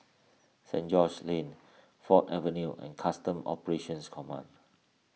Saint George's Lane Ford Avenue and Customs Operations Command